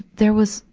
there was,